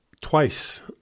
twice